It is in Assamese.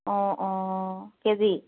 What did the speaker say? অঁ অঁ কেজি